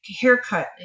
haircut